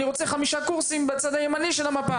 אני רוצה חמישה קורסים בצד הימני של המפה